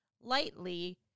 lightly